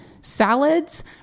salads